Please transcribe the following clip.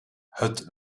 het